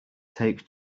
take